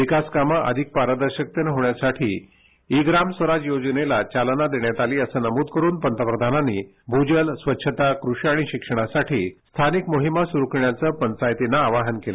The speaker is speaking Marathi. विकास कामं अधिक पारदर्शकतेनं होण्यासाठी ई ग्राम स्वराज योजनेला चालना देण्यात आली असं नमूद करुन पंतप्रधानांनी भूजल स्वच्छता कृषी आणि शिक्षणासाठी स्थानिक मोहिमा सुरु करण्याचं पंचायतींना आवाहन केलं